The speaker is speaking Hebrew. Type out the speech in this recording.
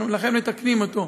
ולכן אנחנו מתקנים אותו.